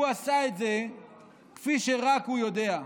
הוא עשה את זה כפי שרק הוא יודע,